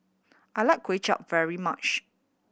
I like Kway Chap very much